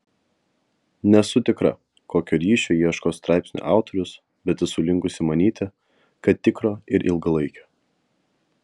nesu tikra kokio ryšio ieško straipsnio autorius bet esu linkusi manyti kad tikro ir ilgalaikio